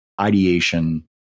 ideation